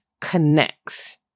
connects